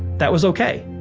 that was okay.